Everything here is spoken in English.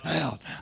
out